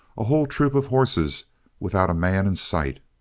a whole troop of horses without a man in sight.